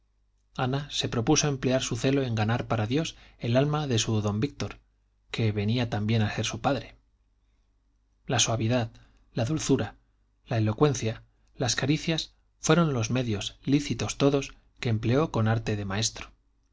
ana se propuso emplear su celo en ganar para dios el alma de su don víctor que venía también a ser su padre la suavidad la dulzura la elocuencia las caricias fueron los medios lícitos todos que empleó con arte de maestro